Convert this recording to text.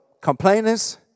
complainers